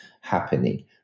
happening